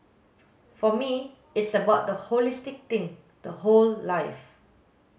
for me it's about the holistic thing the whole life